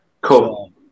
Cool